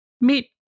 Meet